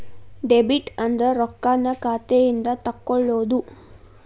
debit ಅಂದ್ರ ರೊಕ್ಕಾನ್ನ ಖಾತೆಯಿಂದ ತೆಕ್ಕೊಳ್ಳೊದು